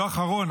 לא אחרון,